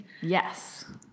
Yes